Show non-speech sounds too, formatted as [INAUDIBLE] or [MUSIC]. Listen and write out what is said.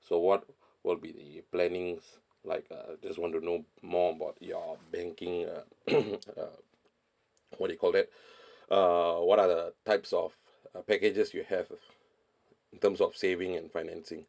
so what will be the planning like uh just want to know more about your banking uh [COUGHS] uh what they call that [BREATH] uh what are the types of uh packages you have in terms of saving and financing